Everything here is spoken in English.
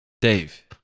Dave